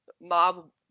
Marvel